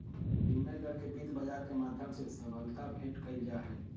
विनिमय दर के वित्त बाजार के माध्यम से सबलता भेंट कइल जाहई